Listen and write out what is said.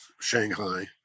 Shanghai